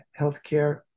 healthcare